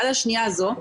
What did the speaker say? עד השנייה הזו,